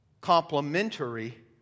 complementary